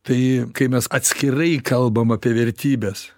tai kaip mes atskirai kalbam apie vertybes